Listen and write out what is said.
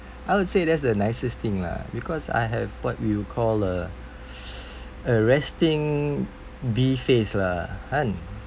I'll say that's the nicest thing lah because I have what you call a a resting B face lah un